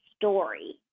story